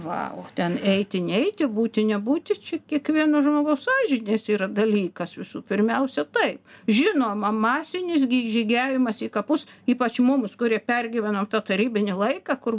vau ten eiti neiti būti nebūti čia kiekvieno žmogaus sąžinės yra dalykas visų pirmiausia taip žinoma masinis gi žygiavimas į kapus ypač mums kurie pergyveno tą tarybinį laiką kur